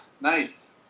Nice